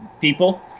people